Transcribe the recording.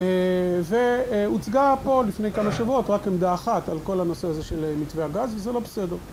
והוצגה פה לפני כמה שבועות רק עמדה אחת על כל הנושא הזה של מתווה הגז, וזה לא בסדר.